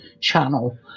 channel